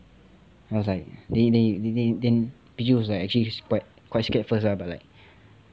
ya then I was like they they they then then pichu was like quite scared at first ah but like